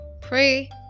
Pray